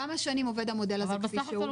כמה שנים עובד המודל הזה כפי שהוא?